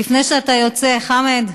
חַמֵד,